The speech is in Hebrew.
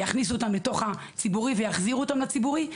יכניסו אותם לשירות הציבורי ויחזירו אותם לציבורי.